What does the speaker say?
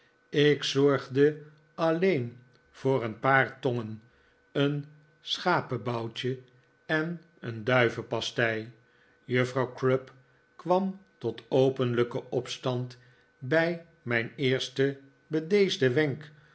ik zorgde alleen voor een paar tongen een schapeboutje en een duivenpastei juffrouw crupp kwam tot openlijken opstand bij mijn eersten bedeesden wenk